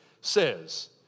says